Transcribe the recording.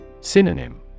Synonym